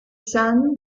son